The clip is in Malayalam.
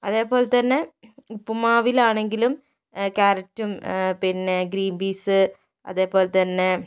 അതേപോലെ തന്നെ ഉപ്പുമാവിലാണെങ്കിലും ക്യാരറ്റും പിന്നെ ഗ്രീന്പീസ് അതേപോലെ തന്നെ